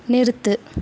நிறுத்து